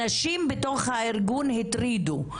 אנשים בתוך הארגון הטרידו.